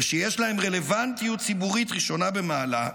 ושיש להם רלוונטיות ציבורית ראשונה במעלה,